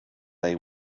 they